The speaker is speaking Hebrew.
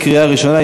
לקריאה ראשונה.